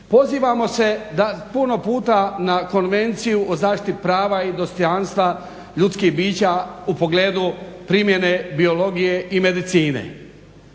Pozivamo se puno puta na Konvenciju o zaštiti prava i dostojanstva ljudskih bića u pogledu primjene biologije i medicine.